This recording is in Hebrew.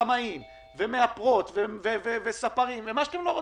במאים, מאפרות, ספרים וכדומה.